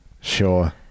sure